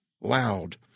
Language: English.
loud